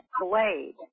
blade